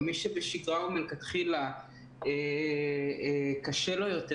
ומי שמלכתחילה בשגרה קשה לו יותר,